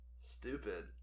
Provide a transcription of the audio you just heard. stupid